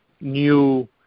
new